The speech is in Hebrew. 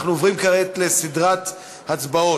אנחנו עוברים כעת לסדרת הצבעות.